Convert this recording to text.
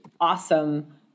awesome